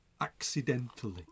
accidentally